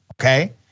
okay